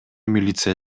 милиция